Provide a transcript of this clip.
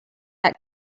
that